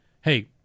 hey